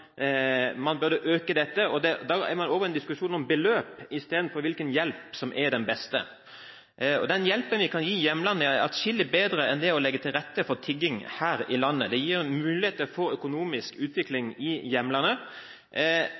burde øke denne, og da er man over i en diskusjon om beløp istedenfor hvilken hjelp som er den beste. Den hjelpen vi kan gi i hjemlandet, er atskillig bedre enn det å legge til rette for tigging her i landet. Det gir muligheter for økonomisk utvikling i